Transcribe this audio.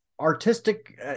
Artistic